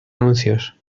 anuncios